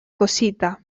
cosita